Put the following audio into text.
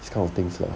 this kind of things lah